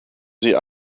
sie